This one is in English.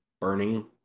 burning